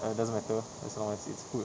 err doesn't matter as long as it's food